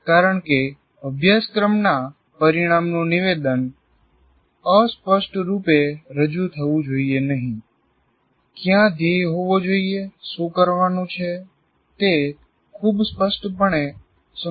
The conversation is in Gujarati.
કારણ કે અભ્યાસક્રમના પરિણામનું નિવેદન અસ્પષ્ટરૂપે રજુ થવું જોઈએ નહિ ક્યાં ધ્યેય હોવા જોઈએ શું કરવાનું છે તે ખૂબ સ્પષ્ટપણે સંબોધિત થવું જોઈએ